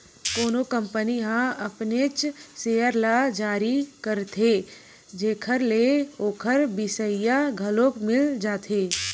कोनो कंपनी ह अपनेच सेयर ल जारी करथे जेखर ले ओखर बिसइया घलो मिल जाथे